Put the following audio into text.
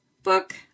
book